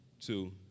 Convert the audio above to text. two